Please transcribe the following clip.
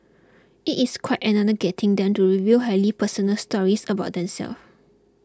it is quite another getting them to reveal highly personal stories about themselves